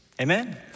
Amen